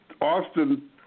Austin